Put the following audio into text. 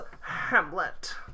Hamlet